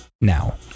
now